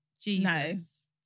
Jesus